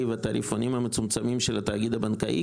ותעריפונים המצומצמים של התאגיד הבנקאי,